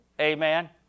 Amen